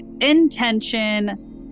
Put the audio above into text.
intention